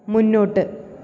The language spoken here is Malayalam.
മുന്നോട്ട്